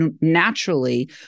naturally